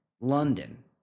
London